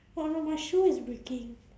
oh no my shoe is breaking